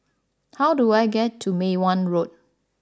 how do I get to Mei Hwan Road